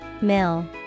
Mill